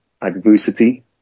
adversity